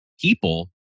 people